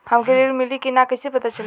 हमके ऋण मिली कि ना कैसे पता चली?